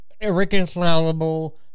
Irreconcilable